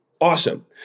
Awesome